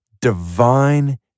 divine